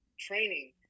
training